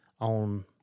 on